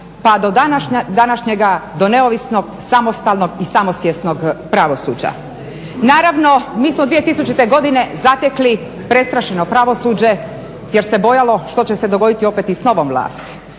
pa do današnjega, do neovisnog samostalnog i samosvjesnog pravosuđa. Naravno mi smo 2000. godine zatekli prestrašeno pravosuđe jer se bojalo što će se dogoditi opet i s novom vlasti.